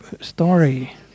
story